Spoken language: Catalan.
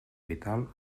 vital